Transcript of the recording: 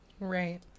Right